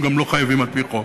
והם גם לא חייבים על-פי חוק.